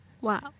Wow